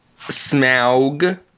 Smaug